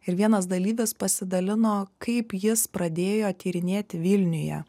ir vienas dalyvis pasidalino kaip jis pradėjo tyrinėti vilniuje